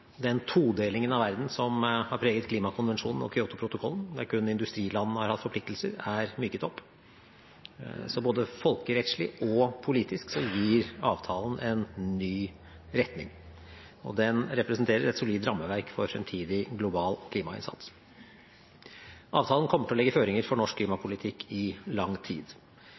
Den todelingen av verden som har preget klimakonvensjonen og Kyoto-protokollen, der kun industriland har hatt forpliktelser, er myket opp. Så både folkerettslig og politisk gir avtalen en ny retning, og den representerer et solid rammeverk for fremtidig, global klimainnsats. Avtalen kommer til å legge føringer for norsk klimapolitikk i lang tid.